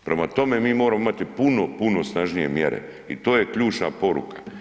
Prema tome, mi moramo imati puno, puno snažnije mjere i to je ključna poruka.